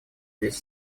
здесь